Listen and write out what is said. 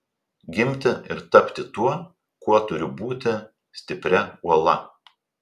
gimti ir tapti tuo kuo turiu būti stipria uola